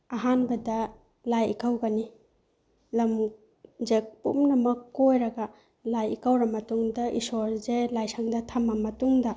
ꯑꯍꯥꯟꯕꯗ ꯂꯥꯏ ꯏꯀꯧꯒꯅꯤ ꯂꯝ ꯄꯨꯝꯅꯃꯛ ꯀꯣꯏꯔꯒ ꯂꯥꯏ ꯏꯀꯧꯔ ꯃꯇꯨꯡꯗ ꯏꯁꯣꯔꯁꯦ ꯂꯥꯏꯁꯪꯗ ꯊꯝꯃ ꯃꯇꯨꯡꯗ